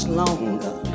longer